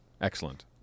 Excellent